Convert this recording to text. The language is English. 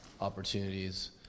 opportunities